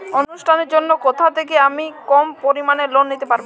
অনুষ্ঠানের জন্য কোথা থেকে আমি কম পরিমাণের লোন নিতে পারব?